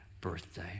birthday